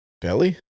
belly